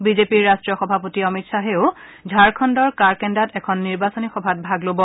বিজেপিৰ ৰাষ্ট্ৰীয় সভাপতি অমিত শ্বাহেও ঝাৰখণ্ডৰ কাৰকেন্দাত এখন নিৰ্বাচনী সভাত ভাগ ল'ব